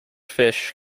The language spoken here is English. fish